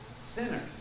sinners